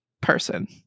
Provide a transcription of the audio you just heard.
person